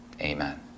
Amen